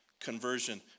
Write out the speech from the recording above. conversion